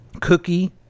Cookie